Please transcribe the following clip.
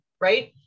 Right